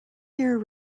your